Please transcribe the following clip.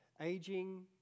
aging